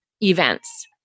events